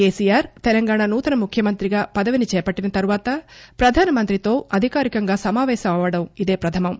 కెసిఆర్ తెలంగాణా నూతన ముఖ్యమంత్రిగా పదవిని చేపట్టిన తర్వాత ప్రధానమంత్రితో అధికారికంగా సమావేశం అవడం ఇదే ప్రథమం